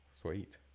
Sweet